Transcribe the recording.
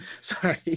sorry